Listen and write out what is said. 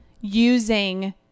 using